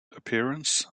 appearance